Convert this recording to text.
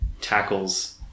tackles